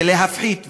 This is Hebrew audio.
ולהפחית,